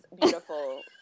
beautiful